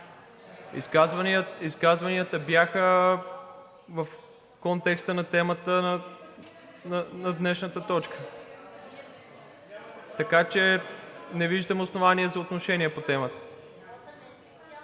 Изказванията бяха в контекста на темата на днешната точка, така че не виждам основание за отношение по темата.